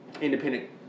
independent